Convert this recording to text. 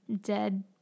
dead